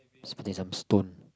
just putting some stone